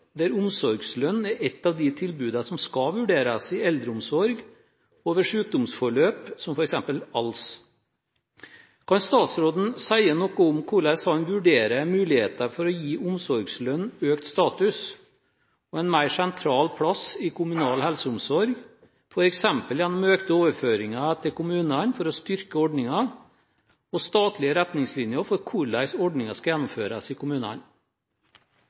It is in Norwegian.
der omsorgslønn er ett av tilbudene som skal vurderes i eldreomsorg og ved sykdomsforløp, som f.eks. ALS. Kan statsråden si noe om hvordan han vurderer muligheten for å gi omsorgslønn økt status og en mer sentral plass i kommunal helseomsorg, f.eks. gjennom økte overføringer til kommunene for å styrke ordningen og gjennom statlige retningslinjer for hvordan ordningen skal gjennomføres i kommunene?